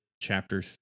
chapter